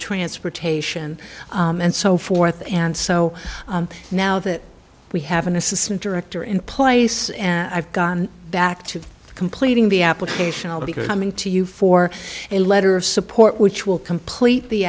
transportation and so forth and so now that we have an assistant director in place and i've gone back to completing the application already coming to you for a letter of support which will complete the